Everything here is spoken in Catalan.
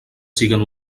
siguen